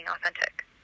authentic